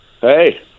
hey